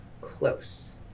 close